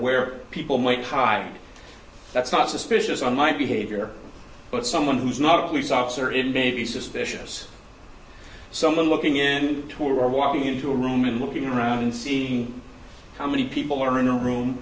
where people might hide that's not suspicious on my behavior but someone who's not a police officer it may be suspicious someone looking in to or walking into a room and looking around and seeing how many people are in a room